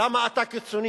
למה אתה קיצוני?